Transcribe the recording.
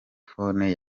phone